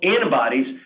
antibodies